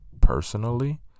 personally